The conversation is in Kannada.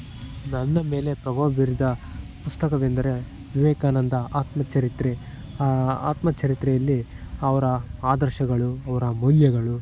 ನನ್ನ ಮೇಲೆ ಪ್ರಭಾವ ಬೀರಿದ ಪುಸ್ತಕವೆಂದರೆ ವಿವೇಕಾನಂದ ಆತ್ಮಚರಿತ್ರೆ ಆ ಆತ್ಮಚರಿತ್ರೆಯಲ್ಲಿ ಅವರ ಆದರ್ಶಗಳು ಅವರ ಮೌಲ್ಯಗಳು